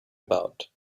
about